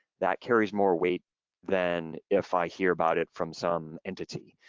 that carries more weight than if i hear about it from some entity.